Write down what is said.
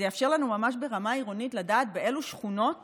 זה יאפשר לנו ממש ברמה העירונית לדעת באילו שכונות